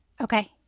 Okay